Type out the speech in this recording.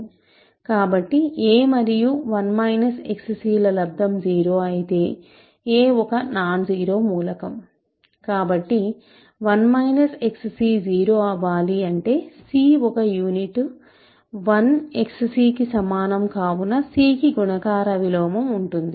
కాబట్టి a మరియు 1 minus xc ల లబ్దం 0 అయితే a ఒక నాన్ జీరోమూలకం కాబట్టి 1 మైనస్ xc 0 అవాలి అంటే c ఒక యూనిట్ 1 xc కి సమానం కావున c కి గుణకార విలోమం ఉంటుంది